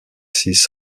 six